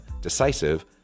decisive